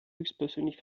höchstpersönlich